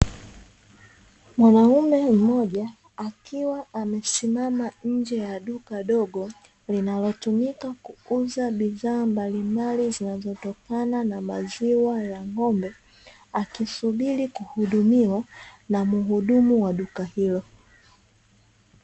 Mwanaume mmoja, akiwa amesimama nje ya duka dogo linalotumika kuuza bidhaa mbalimbali zinazotokana na maziwa ya ng"ombe, akisubiri kuhudumiwa na mhudumu wa duka hilo